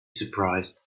surprised